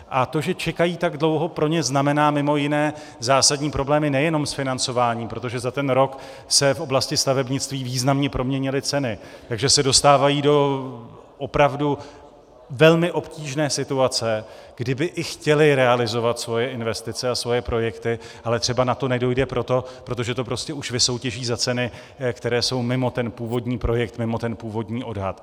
A to, že čekají tak dlouho, pro ně znamená mimo jiné zásadní problémy nejenom s financováním, protože za ten rok se v oblasti stavebnictví významně proměnily ceny, takže se dostávají do opravdu velmi obtížné situace, kdy by i chtěli realizovat svoje investice a svoje projekty, ale třeba na to nedojde, protože to prostě už vysoutěží za ceny, které jsou mimo ten původní projekt, mimo ten původní odhad.